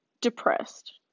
depressed